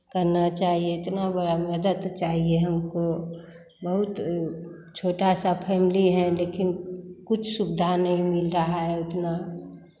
करना चाहिए इतना बड़ा मदद चाहिए हमको बहुत छोटा सा फैमिली हैं लेकिन कुछ सुविधा नहीं मिल रहा है उतना